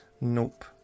Nope